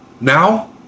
Now